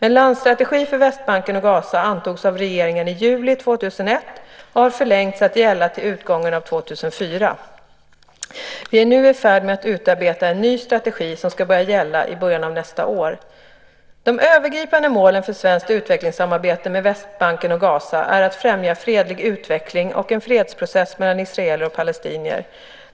En landstrategi för Västbanken och Gaza antogs av regeringen i juli 2001 och har förlängts till att gälla till utgången av 2004. Vi är nu i färd med att utarbeta en ny strategi som ska börja gälla i början av nästa år. De övergripande målen för svenskt utvecklingssamarbete med Västbanken och Gaza är att främja fredlig utveckling och en fredsprocess mellan israeler och palestinier.